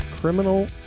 criminal